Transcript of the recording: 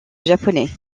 japonais